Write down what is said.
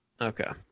Okay